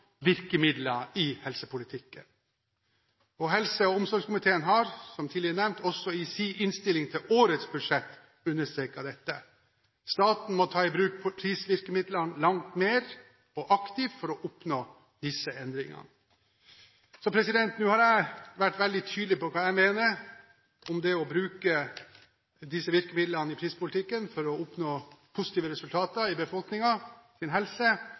virkemidler i helsepolitikken. Helse- og omsorgskomiteen har som tidligere nevnt også i sin innstilling til årets budsjett understreket dette. Staten må ta i bruk prisvirkemidlene langt mer og aktivt for å oppnå disse endringene. Nå har jeg vært veldig tydelig på hva jeg mener om å bruke disse virkemidlene i prispolitikken for å oppnå positive resultater i befolkningens helse.